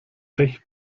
pech